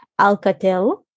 Alcatel